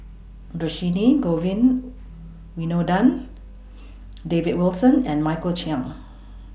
Dhershini Govin Winodan David Wilson and Michael Chiang